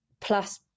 Plus